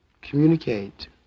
communicate